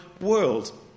world